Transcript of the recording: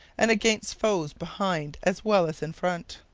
and against foes behind as well as in front?